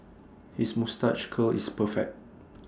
his moustache curl is perfect